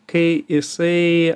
kai jisai